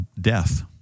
death